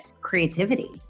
creativity